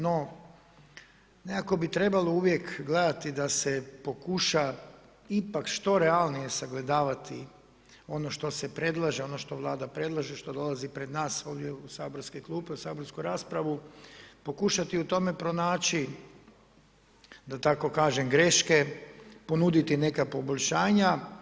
No, nekako bi trebalo uvijek gledati da se pokuša, ipak što realnije sagledavati ono što se predlaže, ono što vlada predlaže, što dolazi pred nas, ovdje u saborske klupe, u saborsku raspravu, pokušati u tome pronaći, da tako kažem greške, ponuditi neka poboljšanja.